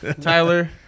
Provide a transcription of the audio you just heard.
Tyler